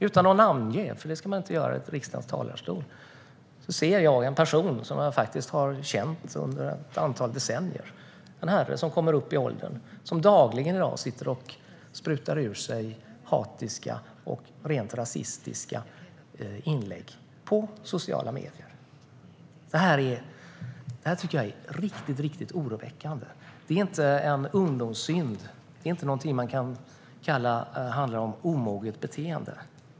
Utan att namnge någon - för det ska man inte göra i riksdagens talarstol - kan jag säga att jag tänker på en person som jag har känt under ett antal decennier. Det är en herre som har kommit upp i åldern och som dagligen sitter och sprutar ur sig hatiska och rent rasistiska inlägg på sociala medier. Jag tycker att det här är riktigt oroväckande. Det är inte någon ungdomssynd, och det är inte något som man kan kalla för omoget beteende.